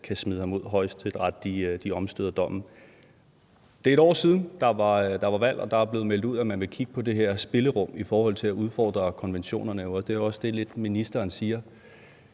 kan smide ham ud. Højesteret omstøder dommen. Det er et år siden, at der var valg, og det er blevet meldt ud, at man vil kigge på det her spillerum i forhold til at udfordre konventionerne, og det er jo også lidt det, ministeren siger.